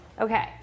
Okay